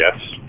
yes